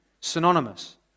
synonymous